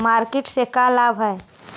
Market से का लाभ है?